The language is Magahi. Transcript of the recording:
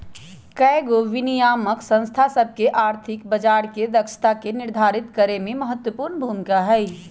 कयगो विनियामक संस्था सभ के आर्थिक बजार के दक्षता के निर्धारित करेमे महत्वपूर्ण भूमिका हइ